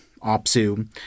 OPSU